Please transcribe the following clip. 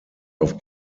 auf